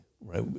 right